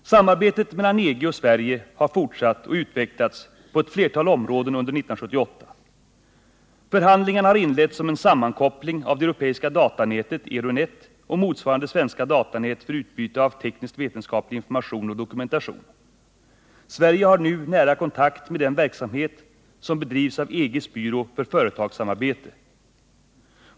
Samarbetet mellan EG och Sverige har fortsatt och utvecklats på ett flertal områden under år 1978. Förhandlingar har inletts om en sammankoppling av det europeiska datanätet, Euronet, och motsvarande svenska datanät för utbyte av teknisk-vetenskaplig information och dokumentation. Sverige har nu nära kontakt med den verksamhet som bedrivs av EG:s byrå för företagssamarbete.